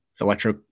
electro